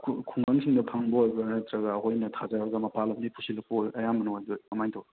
ꯈꯨꯡꯒꯪꯁꯤꯡꯗ ꯐꯪꯕ ꯑꯣꯏꯕ꯭ꯔꯥ ꯅꯠꯇ꯭ꯔꯒ ꯑꯩꯈꯣꯏꯅ ꯊꯥꯖꯔꯒ ꯃꯄꯥꯟ ꯂꯣꯝꯗꯩ ꯄꯨꯁꯤꯜꯂꯛꯄ ꯑꯌꯥꯝꯕꯅ ꯑꯣꯏꯗꯣꯏꯔꯥ ꯀꯃꯥꯏꯅ ꯇꯧꯏ